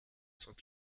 sont